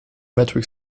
metric